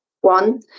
One